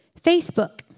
Facebook